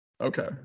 Okay